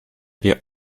wie